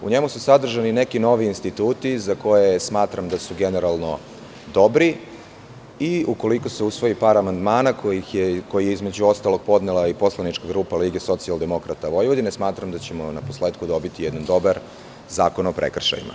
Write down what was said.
U njemu su sadržani neki novi instituti za koje smatram da su generalno dobri i ukoliko se usvoji par amandmana, koje je između ostalog podnela i poslanička grupa LSV, smatram da ćemo naposletku dobiti jedan dobar zakon o prekršajima.